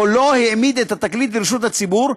או לא העמיד את התקליט לרשות הציבור,